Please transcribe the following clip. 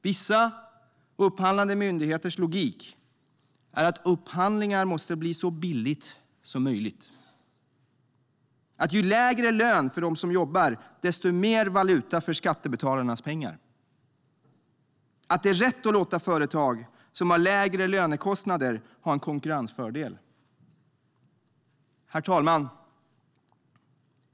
Vissa upphandlande myndigheters logik är att upphandlingar måste bli så billiga som möjligt: ju lägre lön för dem som jobbar, desto mer valuta för skattebetalarnas pengar - att det är rätt att låta företag som har lägre lönekostnader ha en konkurrensfördel. Herr talman!